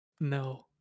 No